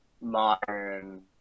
modern